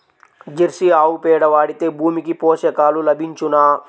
Jersey ఆవు పేడ వాడితే భూమికి పోషకాలు లభించునా?